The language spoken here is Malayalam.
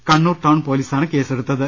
കണ്ണൂർ ടൌൺ പൊലീസാണ് കേസെടുത്തത്